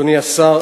אדוני השר,